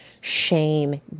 shame